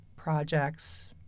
Projects